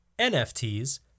NFTs